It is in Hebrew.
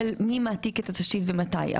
של מי מעתיק את התשתית ומתי.